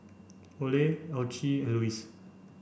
Ole Alcee and Luis